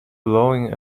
blowing